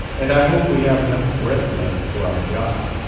and i hope we have enough breath left for our job.